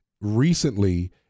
recently